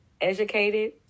Educated